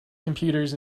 computers